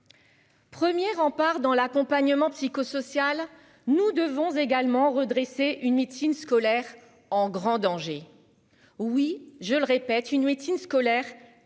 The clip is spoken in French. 1er rempart dans l'accompagnement psychosocial nous devons également redresser une médecine scolaire en grand danger. Oui, je le répète une médecine scolaire.